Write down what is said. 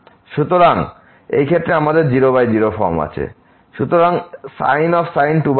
সুতরাংsin 2x 0 তে যায় এবং 1x 0 তে যায়